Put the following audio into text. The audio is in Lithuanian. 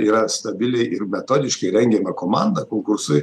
yra stabiliai ir metodiškai rengiama komanda konkursui